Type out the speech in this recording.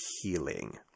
healing